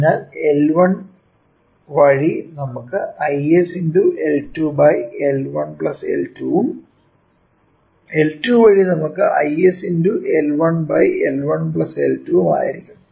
അതിനാൽ L1 വഴി നമുക്ക് Is × L2 L1 L2 ഉം L2 വഴി നമുക്ക് Is × L1 L1 L2 ആയിരിക്കും